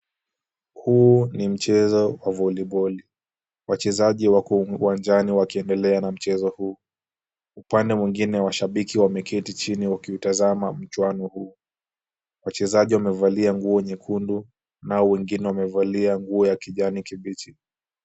Huu ni mchezo wa voliboli. Wachezaji wako uwanjani wakiendelea na mchezo huu. Upande mwingine washabiki wameketi chini wakiutazama mchuano huu. Wachezaji wamevalia nguo nyekundu nao wengine wamevalia nguo ya kijani kibichi.